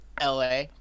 LA